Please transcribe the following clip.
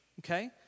okay